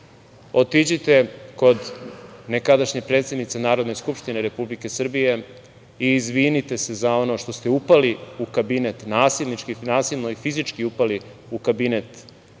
Otiđite kod nekadašnje predsednice Narodne skupštine Republike Srbije i izvinite se za ono što ste upali u kabinet, nasilnički i fizički upali u kabinet